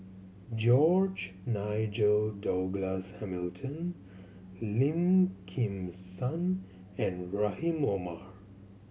George Nigel Douglas Hamilton Lim Kim San and Rahim Omar